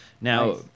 Now